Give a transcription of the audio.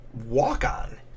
walk-on